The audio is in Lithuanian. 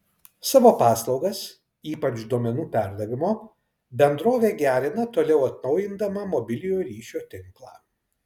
savo paslaugas ypač duomenų perdavimo bendrovė gerina toliau atnaujindama mobiliojo ryšio tinklą